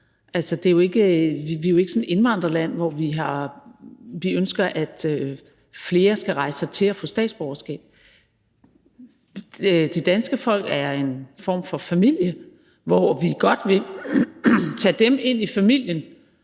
vi er jo ikke sådan et indvandrerland, hvor vi ønsker at flere skal rejse hertil og få statsborgerskab. Det danske folk er en form for familie, hvor vi godt vil tage dem ind i familien,